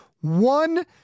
one